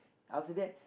after that